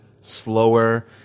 slower